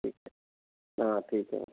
ठीक है हाँ ठीक है